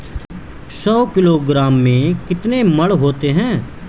सौ किलोग्राम में कितने मण होते हैं?